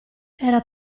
era